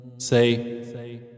Say